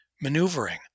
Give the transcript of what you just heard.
maneuvering